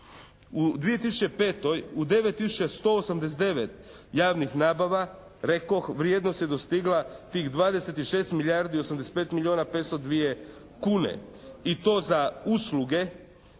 U 2005. u 9 tisuća 189 javnih nabava rekoh vrijednost je dostigla tih 26 milijardi 85 milijona 502 kune i to za usluge